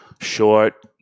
short